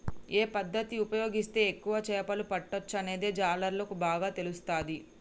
ఏ పద్దతి ఉపయోగిస్తే ఎక్కువ చేపలు పట్టొచ్చనేది జాలర్లకు బాగా తెలుస్తది